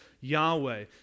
Yahweh